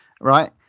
right